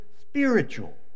spiritual